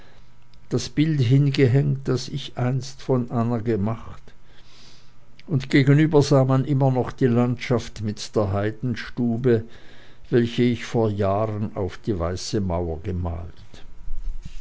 das bild hingehängt das ich einst von anna gemacht und gegenüber sah man immer noch die landschaft mit der heidenstube welche ich vor jahren auf die weiße mauer gemalt